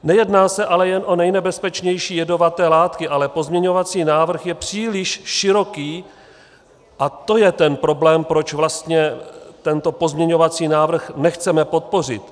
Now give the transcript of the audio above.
Nejedná se ale jen o nejnebezpečnější jedovaté látky, ale pozměňovací návrh je příliš široký a to je ten problém, proč vlastně tento pozměňovací návrh nechceme podpořit.